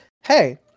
Hey